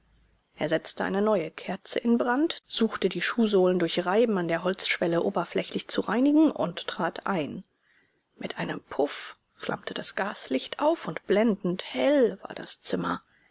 er setzte eine neue kerze in brand suchte die schuhsohlen durch reiben an der holzschwelle oberflächlich zu reinigen und trat ein mit einem puff flammte das gaslicht auf und blendend hell war das zimmer